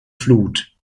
flut